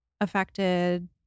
affected